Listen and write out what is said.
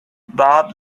bob